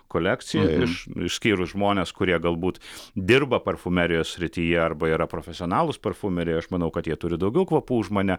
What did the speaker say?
kolekcija iš išskyrus žmones kurie galbūt dirba parfumerijos srityje arba yra profesionalūs parfumeriai aš manau kad jie turi daugiau kvapų už mane